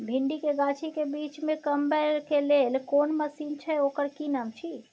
भिंडी के गाछी के बीच में कमबै के लेल कोन मसीन छै ओकर कि नाम छी?